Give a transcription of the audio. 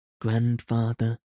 Grandfather